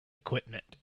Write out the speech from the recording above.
equipment